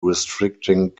restricting